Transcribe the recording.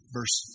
Verse